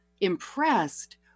impressed